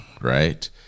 right